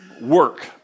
work